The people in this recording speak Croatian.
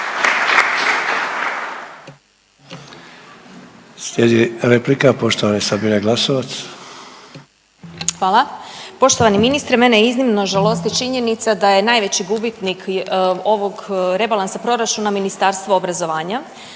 **Glasovac, Sabina (SDP)** Hvala. Poštovani ministre mene iznimno žalosti činjenica da je najveći gubitnik ovog rebalansa proračuna Ministarstvo obrazovanja